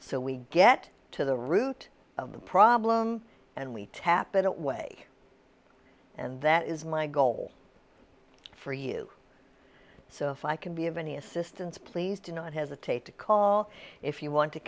so we get to the root of the problem and we tap it it way and that is my goal for you so if i can be of any assistance please do not hesitate to call if you want to